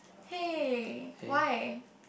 hey why